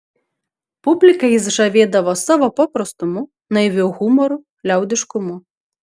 publiką jis žavėdavo savo paprastumu naiviu humoru liaudiškumu